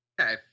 Okay